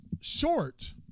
short